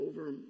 over